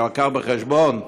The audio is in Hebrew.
הבא בחשבון,